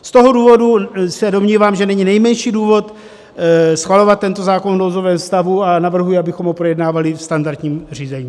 Z toho důvodu se domnívám, že není nejmenší důvod schvalovat tento zákon v nouzovém stavu, a navrhuji, abychom ho projednávali ve standardním řízení.